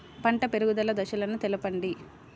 పంట పెరుగుదల దశలను తెలపండి?